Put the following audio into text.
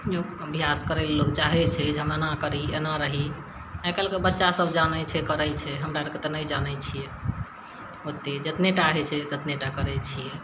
योग अभ्यास करैल लोग चाहै छै जे हम एना करी हम एना रही आइ काल्हिके बच्चा सभ जानै छै करै छै हमरा आरके तऽ नहि जानै छियै ओतेक जेतने टा हइ छै तेतने टा करैत छियै